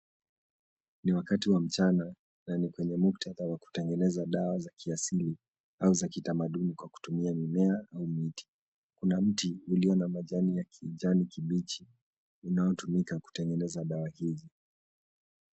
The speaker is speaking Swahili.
Ni wakati wa mchana na ni WA kutengeneza muktadha wa jamii kutengeneza dawa za kiasili au kitamaduni kwa kutumia mimea au miti. Kuna miti ulio majani yake ni kijani kibichi unaotumika kutengeneza dawa hizi.